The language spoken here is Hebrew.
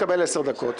תקבל עשר דקות,